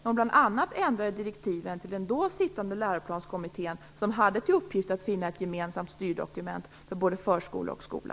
Hon ändrade bl.a. direktiven till den då sittande läroplanskommittén som hade till uppgift att finna ett gemensamt styrdokument för både förskola och skola.